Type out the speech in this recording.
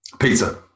Pizza